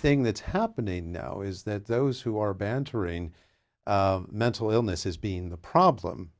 thing that's happening now is that those who are bantering mental illness as being the problem